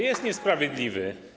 Jest niesprawiedliwy.